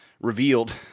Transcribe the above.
revealed